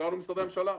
קראנו למשרדי הממשלה,